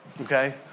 Okay